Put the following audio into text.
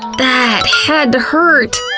that had to hurt!